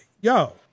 Yo